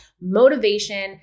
motivation